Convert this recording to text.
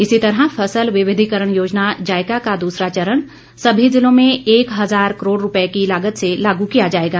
इसी तरह फसल विविधिकरण योजना जायका का दूसरा चरण सभी जिलों में एक हजार करोड़ रूपए की लागत से लागू किया जाएगा